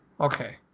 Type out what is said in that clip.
Okay